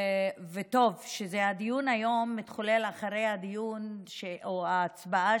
וטוב שהדיון היום מתחולל אחרי הדיון וההצבעה